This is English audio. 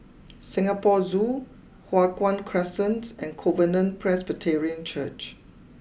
Singapore Zoo Hua Guan Crescent and Covenant Presbyterian Church